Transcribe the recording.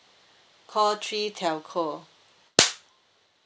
call three telco